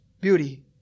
beauty